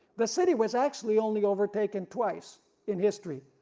the city was actually only overtaken twice in history.